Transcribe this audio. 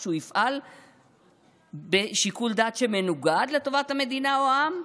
שהוא יפעל בשיקול דעת שמנוגד לטובת המדינה או העם?